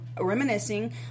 reminiscing